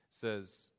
says